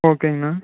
ஓகேங்கண்ணா